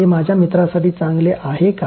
हे माझ्या मित्रासाठी चांगले आहे का